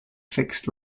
fixed